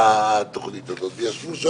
אני הבנתי.